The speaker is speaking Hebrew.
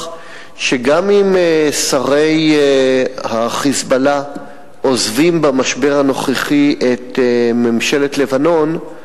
שגם אם שרי ה"חיזבאללה" עוזבים במשבר הנוכחי את ממשלת לבנון,